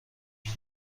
این